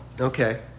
okay